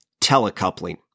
telecoupling